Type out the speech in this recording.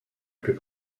plus